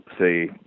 say